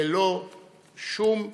ללא שום הקלה,